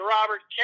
Robert